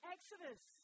Exodus